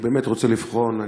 אני רוצה לבחון,